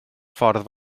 ffordd